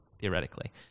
theoretically